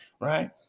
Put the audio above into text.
right